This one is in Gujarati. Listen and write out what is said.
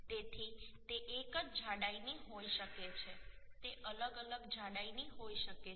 તેથી તે એક જ જાડાઈની હોઈ શકે છે તે અલગ અલગ જાડાઈની હોઈ શકે છે